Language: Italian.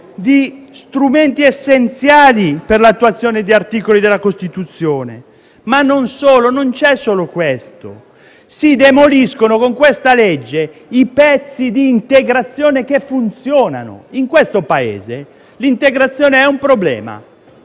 di strumenti essenziali per l'attuazione di articoli della Costituzione. Ma non c'è solo questo: con questa normativa si demoliscono i pezzi di integrazione che funzionano. In questo Paese l'integrazione è un problema,